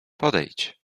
podejdź